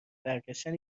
برگشتن